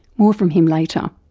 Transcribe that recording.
more from him later.